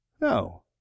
No